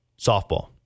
Softball